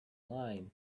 line